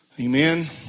Amen